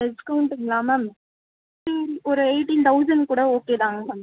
டிஸ்கௌண்ட்டுங்களா ma'am சரி ஒரு eighteen thousand கூட ஓகே தாங்க மேம்